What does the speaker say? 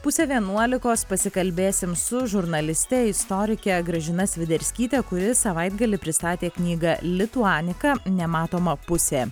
pusę vienuolikos pasikalbėsim su žurnaliste istorikė gražina sviderskytė kuri savaitgalį pristatė knygą lituanika nematoma pusė